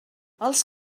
els